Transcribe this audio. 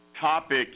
topic